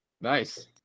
Nice